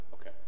Okay